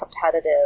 competitive